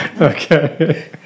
okay